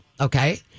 okay